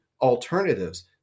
alternatives